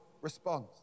response